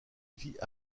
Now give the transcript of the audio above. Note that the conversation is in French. vit